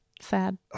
sad